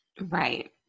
Right